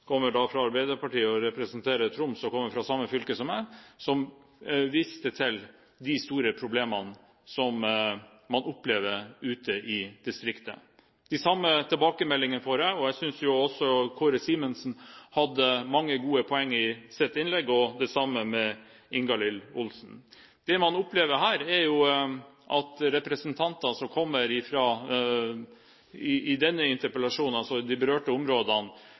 kommer fra Arbeiderpartiet og representerer Troms – altså samme fylke som meg – som viste til de store problemene man opplever ute i distriktet. De samme tilbakemeldingene får jeg. Jeg synes også Kåre Simensen hadde mange gode poeng i sitt innlegg, og det samme hadde Ingalill Olsen. Det man opplever i denne interpellasjonen, er at representanter som kommer fra de berørte områdene,